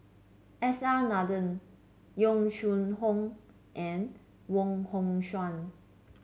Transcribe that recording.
S R Nathan Yong Shu Hoong and Wong Hong Suen